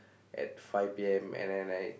at five P_M and then I